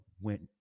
went